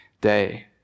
day